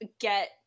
get